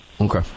Okay